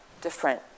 different